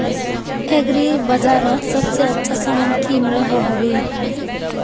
Agri बजारोत सबसे अच्छा सामान की मिलोहो होबे?